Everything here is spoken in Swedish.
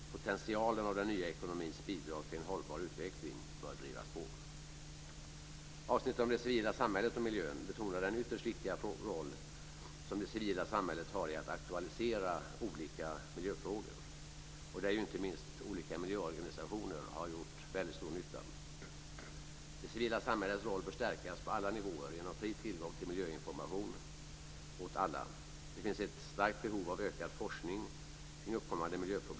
Potentialen av den nya ekonomins bidrag till en hållbar utveckling bör drivas på. Avsnittet om det civila samhället och miljön betonar den ytterst viktiga roll som det civila samhället har i att aktualisera olika miljöfrågor. I det avseendet har inte minst olika miljöorganisationer gjort väldigt stor nytta. Det civila samhällets roll bör stärkas på alla nivåer genom fri tillgång till miljöinformation åt alla. Det finns ett starkt behov av ökad forskning kring uppkommande miljöproblem.